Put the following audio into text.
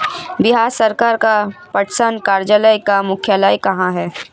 बिहार सरकार का पटसन कार्यालय का मुख्यालय कहाँ है?